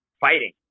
fighting